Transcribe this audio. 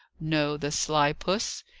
no the sly puss!